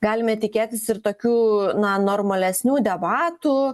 galime tikėtis ir tokių na normalesnių debatų